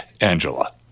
Angela